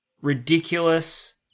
ridiculous